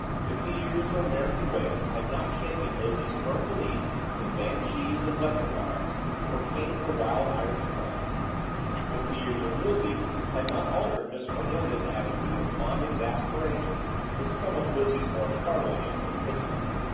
fifty years of american ways had not shaken lizzie's firm belief in banshees and leprechauns or tamed her wild irish tongue fifty years of lizzie had not altered miss cornelia's attitude of fond exasperation with some of lizzie's more startling eccentricities.